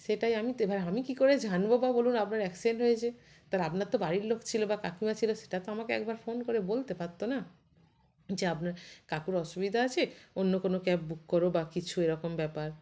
সেটাই আমি তো এবার আমি কি করে জানবো বা বলুন আপনার অ্যাক্সিডেন্ট হয়েছে তালে আপনার তো বাড়ির লোক ছিলো বা কাকিমা ছিলো সেটা তো আমাকে একবার ফোন করে বলতে পারতো না যে আপনার কাকুর অসুবিধা আছে অন্য কোনো ক্যাব বুক করো বা কিছু এরকম ব্যাপার